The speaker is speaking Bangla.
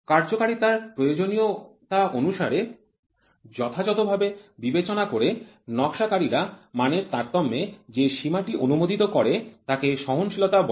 কার্যকারিতার প্রয়োজনীয়তা অনুসারে যথাযথভাবে বিবেচনা করে নকশাকারীরা মানের তারতম্যে যে সীমা টি অনুমোদিত করে তাকে সহনশীলতা বলে